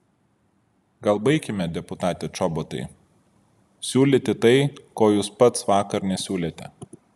gal baikime deputate čobotai siūlyti tai ko jūs pats vakar nesiūlėte